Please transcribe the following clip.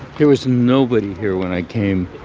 there was nobody here when i came